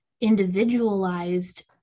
individualized